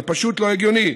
זה פשוט לא הגיוני.